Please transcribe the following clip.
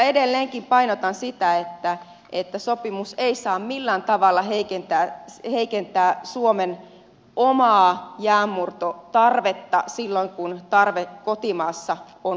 edelleenkin painotan sitä että sopimus ei saa millään tavalla heikentää suomen omaa jäänmurtotarvetta silloin kun tarve kotimaassa on olemassa